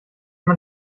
man